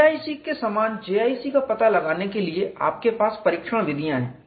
KIC के समान JIC का पता लगाने के लिए आपके पास परीक्षण विधियां हैं